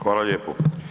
Hvala lijepo.